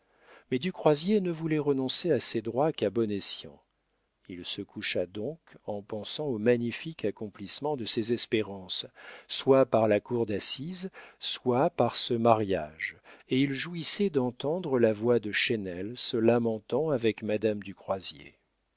mais du croisier ne voulait renoncer à ses droits qu'à bon escient il se coucha donc en pensant au magnifique accomplissement de ses espérances soit par la cour d'assises soit par ce mariage et il jouissait d'entendre la voix de chesnel se lamentant avec madame du croisier